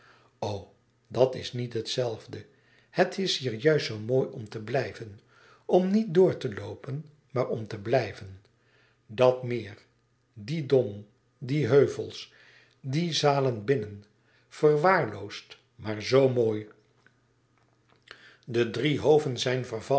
dat is niet het zelfde het is hier juist zoo mooi om te blijven om niet door te loopen maar om te blijven dat meer die dom die heuvels die zalen binnen verwaarloosd maar zoo mooi de drie hoven zijn vervallen